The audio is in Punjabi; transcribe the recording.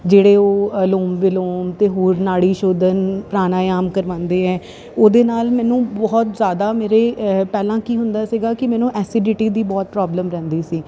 ਜਿਹੜੇ ਉਹ ਅਨੁਲੋਮ ਵਿਲੋਮ ਅਤੇ ਹੋਰ ਨਾੜੀ ਸ਼ੋਧਨ ਪਰਾਣਾਯਾਮ ਕਰਵਾਉਂਦੇ ਹੈ ਉਹਦੇ ਨਾਲ ਮੈਨੂੰ ਬਹੁਤ ਜ਼ਿਆਦਾ ਮੇਰੇ ਪਹਿਲਾਂ ਕੀ ਹੁੰਦਾ ਸੀਗਾ ਕਿ ਮੈਨੂੰ ਐਸੀਡਿਟੀ ਦੀ ਬਹੁਤ ਪ੍ਰੋਬਲਮ ਰਹਿੰਦੀ ਸੀ